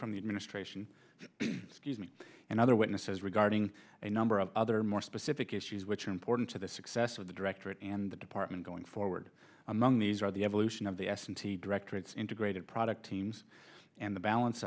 from the administration scuse me and other witnesses regarding a number of other more specific issues which are important to the success of the directorate and the department going forward among these are the evolution of the s and t director its integrated product teams and the balance